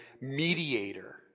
mediator